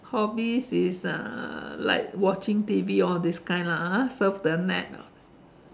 hobbies is uh like watching T_V all these kind lah ah surf the net